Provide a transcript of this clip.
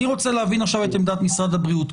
אני רוצה להבין עכשיו את עמדת משרד הבריאות.